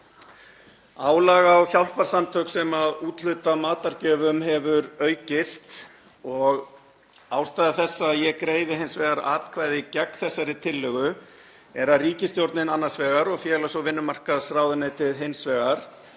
Álag á hjálparsamtök sem úthluta matargjöfum hefur aukist. Ástæða þess að ég greiði atkvæði gegn þessari tillögu er að ríkisstjórnin annars vegar og félags- og vinnumarkaðsráðuneytið hins vegar